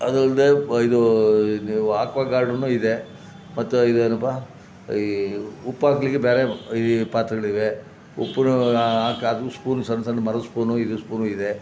ಅದು ಅಲ್ಲದೆ ಇದು ನೀವು ಆಕ್ವಗಾರ್ಡುನೂ ಇದೆ ಮತ್ತು ಇದೇನಪ್ಪಾ ಈ ಉಪ್ಹಾಕ್ಲಿಕ್ಕೆ ಬೇರೆ ಈ ಪಾತ್ರೆಗಳಿವೆ ಉಪ್ಪನ್ನು ಹಾಕಿ ಅದು ಸ್ಪೂನ್ ಸಣ್ಣ ಸಣ್ಣ ಮರದ ಸ್ಪೂನು ಇದರ ಸ್ಪೂನು ಇದೆ